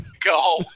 go